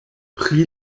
pri